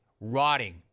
rotting